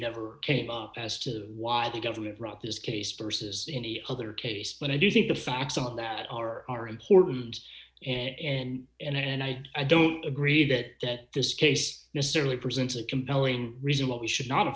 never came up as to why the government brought this case pearse's any other case but i do think the facts on that are important and and and i i don't agree that this case necessarily presents a compelling reason what we should not